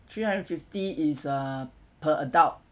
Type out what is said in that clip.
three hundred fifty is uh per adult